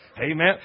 Amen